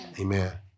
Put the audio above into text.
Amen